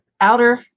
outer